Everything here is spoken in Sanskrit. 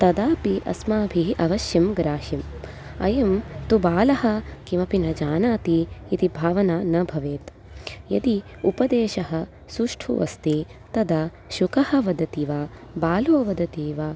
तदापि अस्माभिः अवश्यं ग्राह्यं अयं तु बालः किमपि न जानाति इति भावना न भवेत् यदि उपदेशः सुष्ठुः अस्ति तदा शुकः वदति वा बालो वदति वा